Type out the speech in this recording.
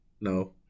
No